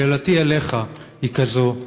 שאלתי אליך היא כזו: